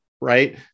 Right